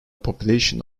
population